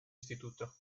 istituto